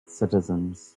citizens